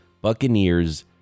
Buccaneers